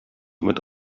mit